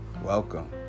Welcome